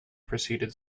proceeded